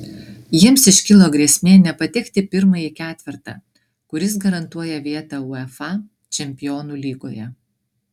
jiems iškilo grėsmė nepatekti į pirmąjį ketvertą kuris garantuoja vietą uefa čempionų lygoje